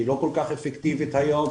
שהיא לא כל כך אפקטיבית היום,